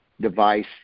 device